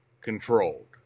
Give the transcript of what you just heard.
controlled